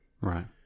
Right